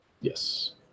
Yes